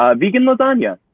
um vegan lasagna.